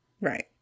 Right